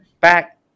back